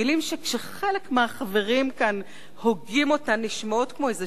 מלים שכשחלק מהחברים כאן הוגים אותן נשמעות כמו איזה